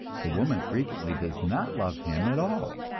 the woman frequently does not love him at all,